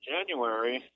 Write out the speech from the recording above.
January